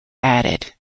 added